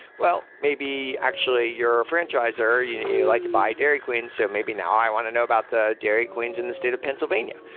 well, maybe actually your franchisor you know like to buy dairy queen. so maybe now i want to know about the dairy queens in the state of pennsylvania.